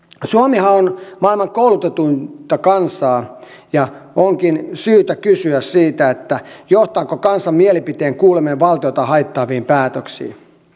suomihan on maailman koulutetuinta kansaa ja onkin syytä kysyä johtaako kansan mielipiteen kuuleminen valtiota haittaaviin päätöksiin